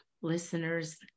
listeners